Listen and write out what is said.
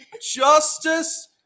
justice